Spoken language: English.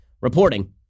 reporting